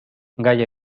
gall